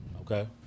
Okay